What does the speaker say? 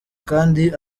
kandi